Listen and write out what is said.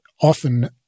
often